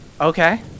Okay